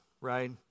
right